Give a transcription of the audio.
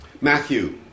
Matthew